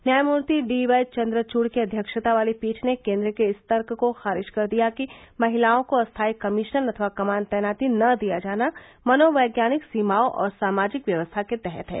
न्यायमूर्ति D Y Chandrachud की अध्यक्षता वाली पीठ ने केन्द्र के इस तर्क को खारिज कर दिया कि महिलाओं को स्थाई कमीशन अथवा कमान तैनाती न दिया जाना मनोवैज्ञानिक सीमाओं और सामाजिक व्यवस्था के तहत है